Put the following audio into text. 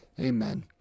amen